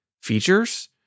features